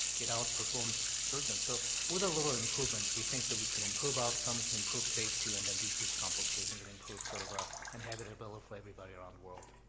it outperformed surgeons. so with a little improvement, we think that we can improve outcomes, improve safety, and then decrease complications that improve sort of ah and have it available for everybody around the world.